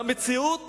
והמציאות